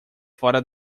fora